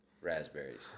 raspberries